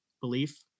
belief